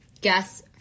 guess